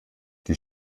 die